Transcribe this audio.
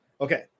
Okay